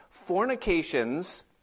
fornications